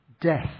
Death